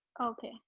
Okay